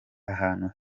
ahantu